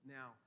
now